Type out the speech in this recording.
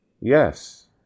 Yes